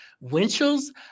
Winchell's